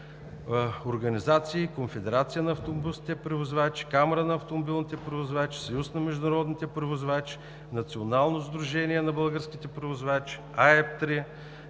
организации: Конфедерация на автобусните превозвачи, Камара на автомобилните превозвачи, Съюз на международните превозвачи, Национално сдружение на българските превозвачи,